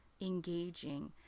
engaging